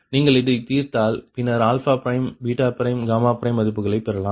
நீங்கள் இதை தீர்த்தால் பின்னர் மதிப்புகளை பெறலாம்